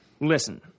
Listen